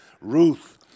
Ruth